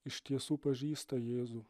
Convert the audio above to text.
iš tiesų pažįsta jėzų